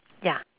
ya